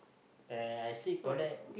and I still collect